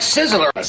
Sizzler